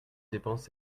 dépenses